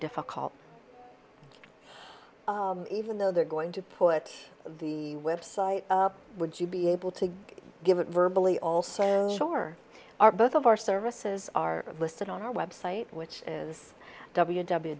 difficult even though they're going to put the website would you be able to give it verbally also or are both of our services are listed on our website which is w w